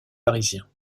parisien